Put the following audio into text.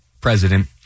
president